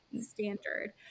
standard